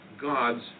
gods